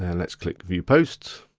and let's click view post.